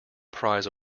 prize